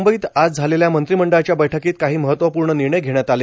मुंबईत आज झालेल्या मंत्रिमंडळाच्या बैठकीत काही महत्वपूर्ण निर्णय घेण्यात आले